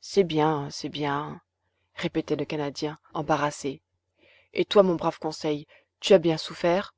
c'est bien c'est bien répétait le canadien embarrassé et toi mon brave conseil tu as bien souffert